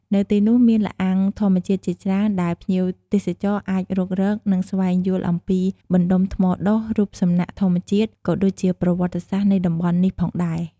នៅទីនោះមានល្អាងធម្មជាតិជាច្រើនដែលភ្ញៀវទេសចរអាចរុករក និងស្វែងយល់អំពីបណ្តុំថ្មដុះ រូបសំណាកធម្មជាតិ ក៏ដូចជាប្រវត្តិសាស្រ្តនៃតំបន់នេះផងដែរ។